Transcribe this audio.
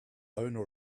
owner